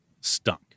stunk